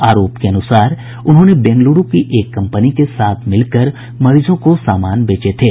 आरोप के अनुसार उन्होंने बेंगलुरू की एक कंपनी के साथ मिलकर मरीजों को सामान बेचे थे